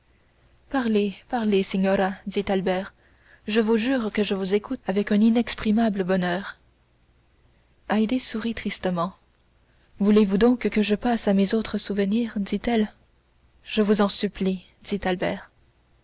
parlez parlez signora dit albert je vous jure que je vous écoute avec un inexprimable bonheur haydée sourit tristement vous voulez donc que je passe à mes autres souvenirs dit-elle je vous en supplie dit albert